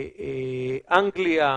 אנגליה,